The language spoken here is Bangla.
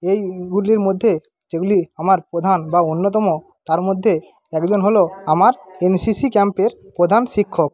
এইগুলির মধ্যে যেগুলি আমার প্রধান বা অন্যতম তার মধ্যে একজন হল আমার এনসিসি ক্যাম্পের প্রধান শিক্ষক